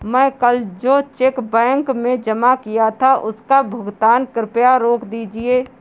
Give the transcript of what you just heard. मैं कल जो चेक बैंक में जमा किया था उसका भुगतान कृपया रोक दीजिए